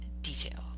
detail